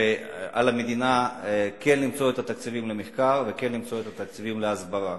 ועל המדינה למצוא את התקציבים למחקר וכן למצוא את התקציבים להסברה.